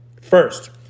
First